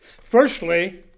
Firstly